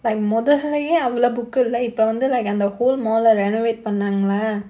like மொதல்லயே அவளோ:mothallayae avalo book இல்ல இப்ப வந்து:illa ippa vandhu like அந்த:andha whole mall ah renovate பண்ணாங்களா:pannaangalaa